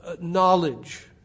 knowledge